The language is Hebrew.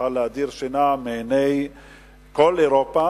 צריכה להדיר שינה מעיני כל אירופה.